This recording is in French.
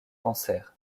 cancers